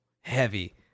heavy